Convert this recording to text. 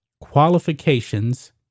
Qualifications